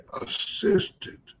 assisted